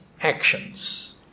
actions